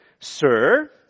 Sir